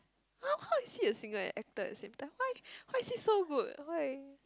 how how is he a singer and actor at the same time why why is he so good why